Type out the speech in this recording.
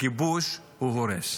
הכיבוש הוא הורס.